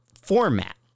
format